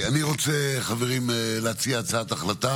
"אני לא אצטרף לממשלת הליכוד",